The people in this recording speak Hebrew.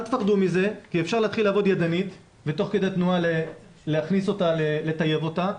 אל תפחדו מזה כי אפשר להתחיל לעבוד ידנית ותוך כדי תנועה לטייב אותה.